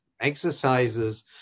exercises